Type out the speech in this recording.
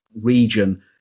region